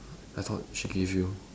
I thought she gave you